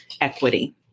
equity